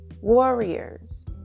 warriors